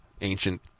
ancient